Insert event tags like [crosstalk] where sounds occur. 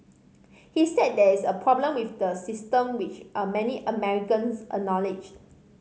he said there is a problem with the system which [unintelligible] many Americans acknowledged